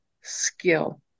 skill